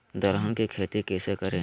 दलहन की खेती कैसे करें?